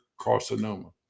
carcinoma